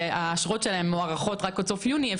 כשהאשרות שלהם מוארכות רק עד סוף יוני,